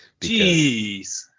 Jeez